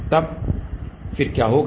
तब फिर क्या होगा